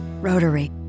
rotary